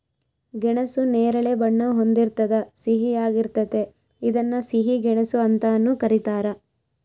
ಗೆಣಸು ನೇರಳೆ ಬಣ್ಣ ಹೊಂದಿರ್ತದ ಸಿಹಿಯಾಗಿರ್ತತೆ ಇದನ್ನ ಸಿಹಿ ಗೆಣಸು ಅಂತಾನೂ ಕರೀತಾರ